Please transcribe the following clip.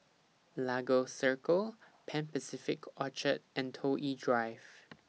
Lagos Circle Pan Pacific Orchard and Toh Yi Drive